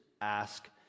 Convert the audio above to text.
ask